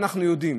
אנחנו יודעים.